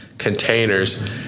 containers